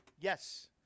yes